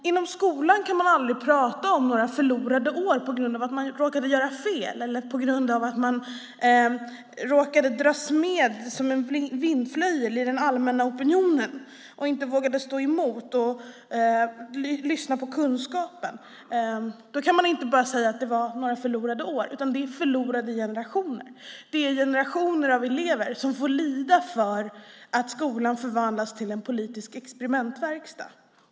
Inom skolan kan man aldrig prata om några förlorade år på grund av att man råkade göra fel eller att man råkade dras med som en vindflöjel i den allmänna opinionen och inte vågade stå emot och inte lyssnade på kunskapen. Då kan man inte bara säga att det var några förlorade år, utan det är förlorade generationer. Generationer av elever får lida för att skolan förvandlas till en politisk experimentverkstad.